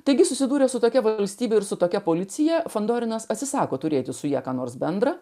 taigi susidūrė su tokia valstybė ir su tokia policija fandorinas atsisako turėti su ja ką nors bendra